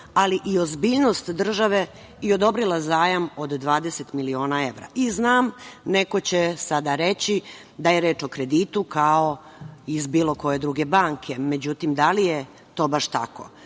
ali i ozbiljnost države i odobrila zajam od 20 miliona evra. Znam, neko će sada reći da je reč o kreditu kao iz bilo koje druge banke. Međutim, da li je to baš tako? Kao